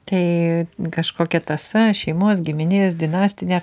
tai kažkokia tąsa šeimos giminės dinastinė